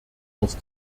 aus